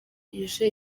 ije